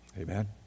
Amen